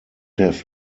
have